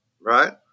right